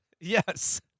Yes